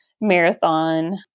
marathon